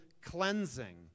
cleansing